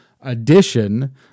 addition